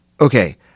okay